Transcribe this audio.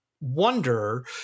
wonder